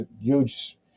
huge